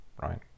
right